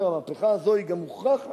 המהפכה הזאת היא גם מוכחת,